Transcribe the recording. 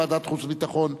לוועדת חוץ וביטחון,